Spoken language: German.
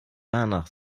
danach